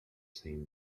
same